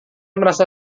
merasa